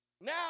Now